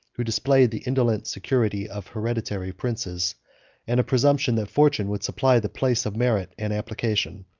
who displayed the indolent security of hereditary princes and a presumption that fortune would supply the place of merit and application.